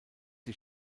die